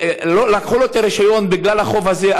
ולקחו לו את הרישיון בגלל החוב הזה,